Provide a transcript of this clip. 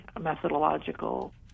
methodological